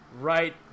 right